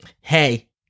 Hey